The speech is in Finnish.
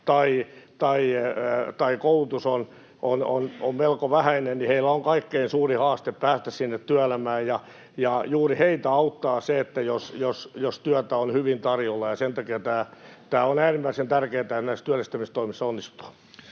tai koulutus on melko vähäinen, on kaikkein suurin haaste päästä sinne työelämään, ja juuri heitä auttaa se, jos työtä on hyvin tarjolla. Sen takia on äärimmäisen tärkeätä, että näissä työllistämistoimissa onnistutaan.